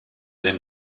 dem